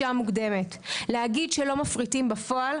שמונה מיליארד שקלים המשק ירוויח.